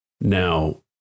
now